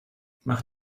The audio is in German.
mach